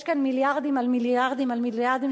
יש כאן מיליארדים על מיליארדים על מיליארדים